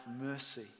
mercy